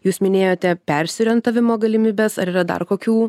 jūs minėjote persiorientavimo galimybes ar yra dar kokių